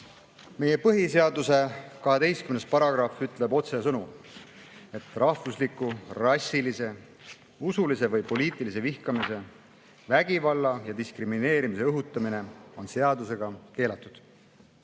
Meie põhiseaduse 12. paragrahv ütleb otsesõnu, et rahvusliku, rassilise, usulise või poliitilise vihkamise, vägivalla ja diskrimineerimise õhutamine on seadusega keelatud.